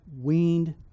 weaned